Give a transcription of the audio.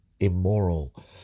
Immoral